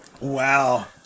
Wow